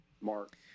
Mark